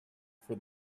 for